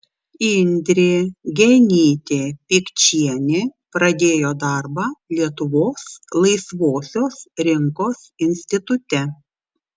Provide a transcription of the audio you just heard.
indrė genytė pikčienė pradėjo darbą lietuvos laisvosios rinkos institute